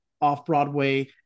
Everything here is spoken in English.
off-Broadway